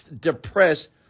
depressed